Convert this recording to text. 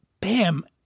bam